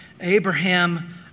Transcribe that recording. Abraham